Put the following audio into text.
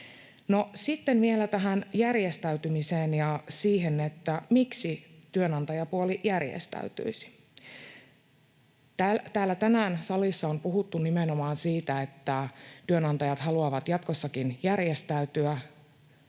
Sitten vielä tähän järjestäytymiseen ja siihen, miksi työnantajapuoli järjestäytyisi. Tänään täällä salissa on puhuttu nimenomaan siitä, että työnantajat haluavat jatkossakin järjestäytyä.